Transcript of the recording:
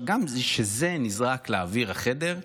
כשזה נזרק לאוויר החדר,